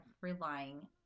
relying